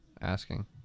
asking